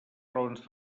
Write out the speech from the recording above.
raons